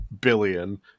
billion